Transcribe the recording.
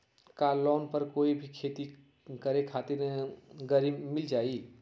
का लोन पर कोई भी खेती करें खातिर गरी मिल जाइ?